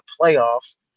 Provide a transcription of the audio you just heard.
playoffs